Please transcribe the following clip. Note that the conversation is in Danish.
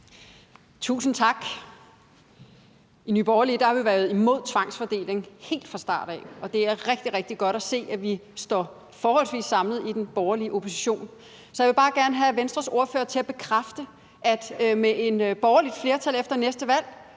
Tusind tak. I Nye Borgerlige har vi været imod tvangsfordeling helt fra starten af, og det er rigtig, rigtig godt se, at vi står forholdsvis samlet i den borgerlige opposition. Jeg vil bare gerne have Venstres ordfører til at bekræfte, at vi med et borgerligt flertal efter næste valg